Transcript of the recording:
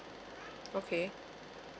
okay